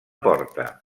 porta